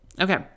Okay